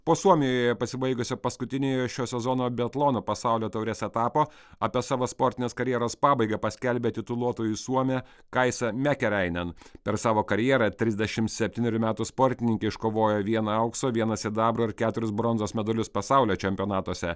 po suomijoje pasibaigusio paskutiniojo šio sezono biatlono pasaulio taurės etapo apie savo sportinės karjeros pabaigą paskelbė tituluotoji suomė kaisa mekerainen per savo karjerą trisdešimt septynerių metų sportininkė iškovojo vieną aukso vieną sidabro ir keturis bronzos medalius pasaulio čempionatuose